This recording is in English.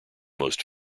most